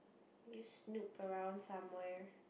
you snoop around somewhere